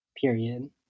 Period